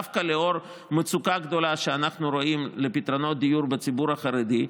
דווקא לנוכח המצוקה הגדולה שאנחנו רואים בפתרונות דיור בציבור החרדי,